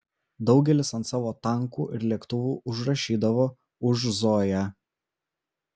daugelis ant savo tankų ir lėktuvų užrašydavo už zoją